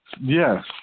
Yes